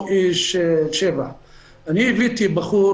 הבאתי בחור